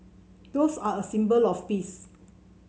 doves are a symbol of peace